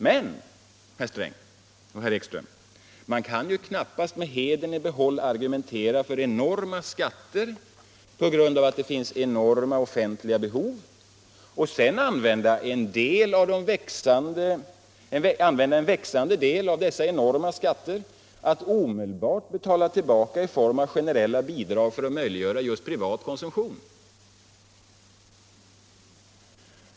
Men, herr Sträng och herr Ekström, man kan ju knappast med hedern i behåll argumentera för enorma skatter på grund av att det finns enorma offentliga behov och sedan använda en växande del av dessa enorma skatter för att omedelbart betala tillbaka i form av generella bidrag för att möjliggöra privat konsumtion.